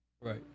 Right